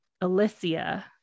Alicia